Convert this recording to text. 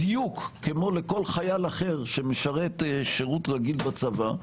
בדיוק כמו לכל חייל אחר שמשרת שירות רגיל בצבא,